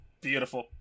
Beautiful